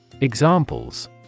Examples